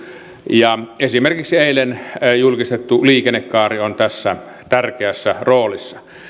ja esimerkiksi eilen julkistettu liikennekaari on tässä tärkeässä roolissa